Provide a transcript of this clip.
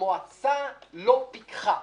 "המועצה לא פיקחה".